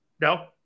no